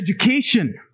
education